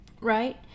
right